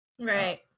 Right